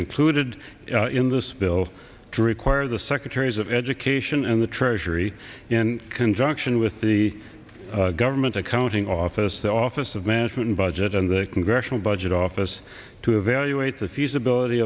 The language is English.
included in this bill to require the secretaries of education and the treasury in conjunction with the government accounting office the office of management and budget and the congressional budget office to evaluate the feasibility